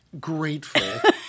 Grateful